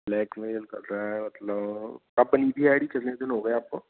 blackmail कर रहा है मतलब आईडी कितने दिन हो गए आपको